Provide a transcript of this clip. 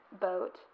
boat